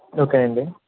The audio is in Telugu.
ఓకే అండి